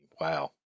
wow